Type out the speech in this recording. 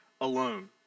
alone